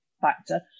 factor